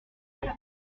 fera